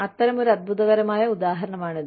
അത്തരമൊരു അത്ഭുതകരമായ ഉദാഹരണമാണിത്